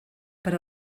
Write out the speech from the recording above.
per